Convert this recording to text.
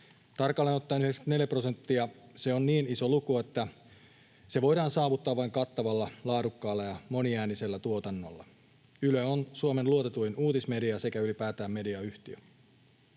tarkalleen ottaen 94 prosenttia. Se on niin iso luku, että se voidaan saavuttaa vain kattavalla, laadukkaalla ja moniäänisellä tuotannolla. Yle on Suomen luotetuin uutismedia sekä ylipäätään mediayhtiö.